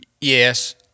Yes